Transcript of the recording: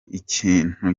ikintu